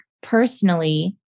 personally